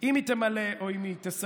אם היא תמלא, או אם היא תסיים,